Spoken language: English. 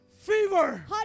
fever